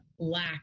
lack